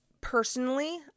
Personally